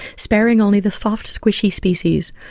sparing only the soft squishy species.